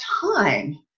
time